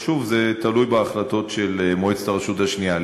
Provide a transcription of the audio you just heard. אבל שוב, זה תלוי בהחלטות של מועצת הרשות השנייה.